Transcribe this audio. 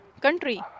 country